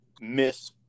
miss